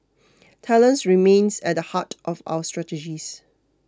talents remains at the heart of our strategies